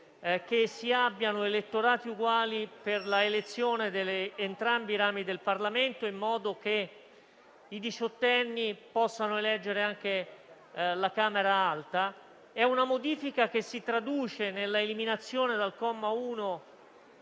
che si abbiano elettorati uguali per l'elezione di entrambi i rami del Parlamento, in modo che i diciottenni possano eleggere anche la Camera alta. È una modifica che si traduce nella eliminazione, dal comma 1